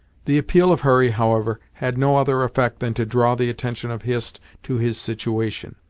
the appeal of hurry, however, had no other effect than to draw the attention of hist to his situation.